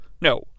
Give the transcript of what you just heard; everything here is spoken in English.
No